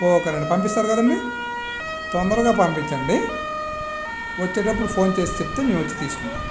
okay అండి పంపిస్తారు కదండీ తొందరగా పంపించండి వచ్చేటప్పుడు ఫోన్ చేసి చెప్తే మేము వచ్చి తీసుకుంటాం